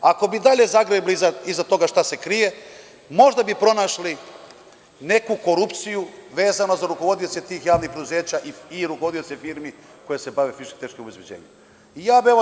Ako bi dalje zagrebali iza toga šta se krije, možda bi pronašli neku korupciju vezano za rukovodioce tih javnih preduzeća i rukovodioce firmi koje se bave fizičkim tehničkim obezbeđenjem.